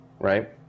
right